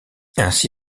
ainsi